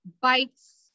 bites